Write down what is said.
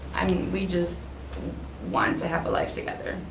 i mean we just want to have a life together,